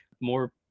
more